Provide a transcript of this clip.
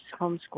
homeschool